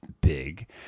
Big